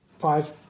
Five